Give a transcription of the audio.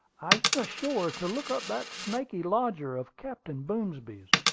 i went ashore to look up that snaky lodger of captain boomsby's,